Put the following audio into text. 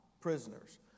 prisoners